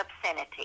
obscenity